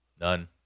None